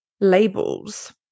labels